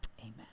Amen